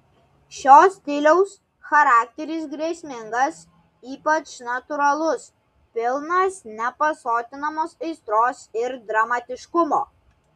šio stiliaus charakteris grėsmingas ypač natūralus pilnas nepasotinamos aistros ir dramatiškumo